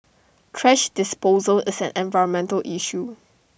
thrash disposal is an environmental issue